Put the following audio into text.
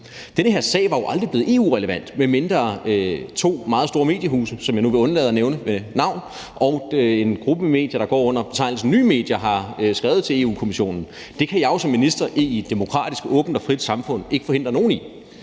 Den her sag var jo aldrig blevet EU-relevant, hvis ikke to meget store mediehuse, som jeg nu vil undlade at nævne ved navns nævnelse, og en gruppe medier, der går under betegnelsen Nye Medier, havde skrevet til Europa-Kommissionen. Det kan jeg jo som minister i et demokratisk, åbent og frit samfund ikke forhindre nogen i.